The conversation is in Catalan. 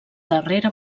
darrera